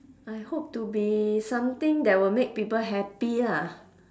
I hope to be something that will make people happy lah